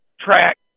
track